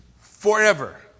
Forever